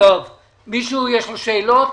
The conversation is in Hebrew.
למישהו יש שאלות?